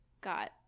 got